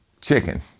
chicken